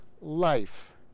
life